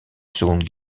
seconde